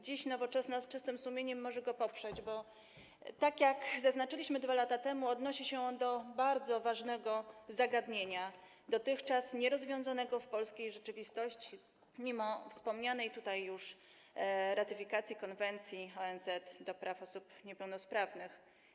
Dziś Nowoczesna z czystym sumieniem może go poprzeć, bo tak jak zaznaczyliśmy 2 lata temu, odnosi się on do bardzo ważnego zagadnienia dotychczas nierozwiązanego w polskiej rzeczywistości mimo wspomnianej już tutaj ratyfikacji konwencji ONZ o prawach osób niepełnosprawnych.